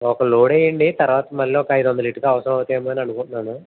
ఒక లోడ్ వెయ్యండి తరువాత మళ్లీ ఒక ఐదువందలు ఇటుక అవుతే అవుతుంది అనుకుంటున్నాను